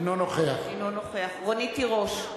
אינו נוכח רונית תירוש,